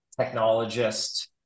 technologist